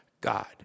God